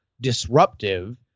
disruptive